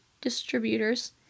distributors